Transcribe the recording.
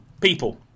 people